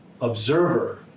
observer